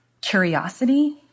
curiosity